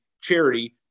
charity